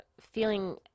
feeling